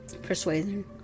persuasion